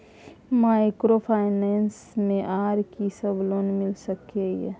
Microfinance मे आर की सब लोन मिल सके ये?